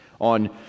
on